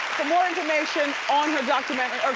for more information on her documentary,